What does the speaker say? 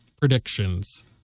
predictions